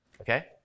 okay